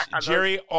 Jerry